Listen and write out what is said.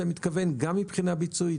אני מתכוון מבחינה ביצועית,